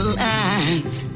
lines